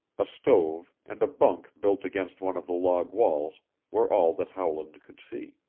a stove and a bunk built against one of the log walls were all that howland could see.